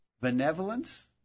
benevolence